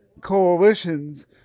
coalitions